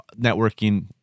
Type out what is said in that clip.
networking